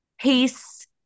peace